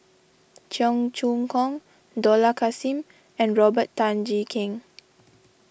Cheong Choong Kong Dollah Kassim and Robert Tan Jee Keng